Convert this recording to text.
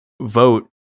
vote